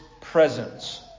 presence